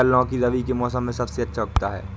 क्या लौकी रबी के मौसम में सबसे अच्छा उगता है?